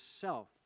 self